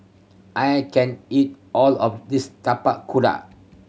I can't eat all of this Tapak Kuda